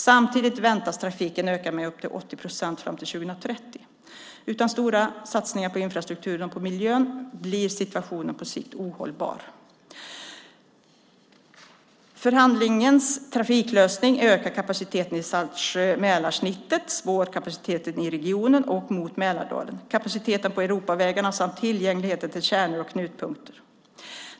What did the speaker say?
Samtidigt väntas trafiken öka med upp till 80 procent fram till 2030. Utan stora satsningar på infrastrukturen och på miljön blir situationen på sikt ohållbar. Förhandlingens trafiklösning ökar kapaciteten i Saltsjö-Mälarsnittet, spårkapaciteten i regionen och mot Mälardalen, kapaciteten på Europavägarna samt tillgängligheten till kärnor och knutpunkter.